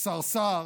השר סער,